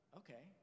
okay